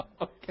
Okay